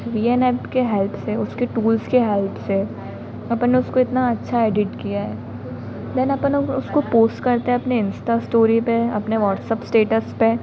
we N app के help से उसके टूल्स की हेल्प से अपन ने उसको इतना अच्छा एडिट किया है देन अपन अगर उसको पोस करते हैं अपने इंस्टा स्टोरी पर अपने वाट्सअप स्टेटस पर